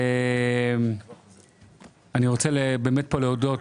היום חל ט"ו בשבט,